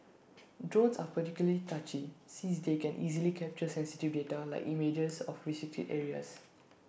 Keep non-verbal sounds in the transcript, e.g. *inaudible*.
drones are particularly touchy since they can easily capture sensitive data like images of restricted areas *noise*